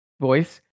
voice